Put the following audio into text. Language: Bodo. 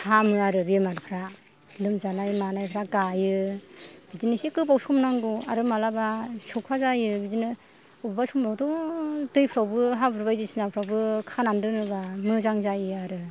हामो आरो बेमारफ्रा लोमजााय मानायफ्रा गायो बिदिनो एसे गोबाव सम नांगौ आरो मालाबा सौखा जायो बिदिनो बबेबा समावथ' दैफ्रावबो हाब्रु बायदिसिनाफोरावबो खानानै दोनोबा मोजां जायो आरो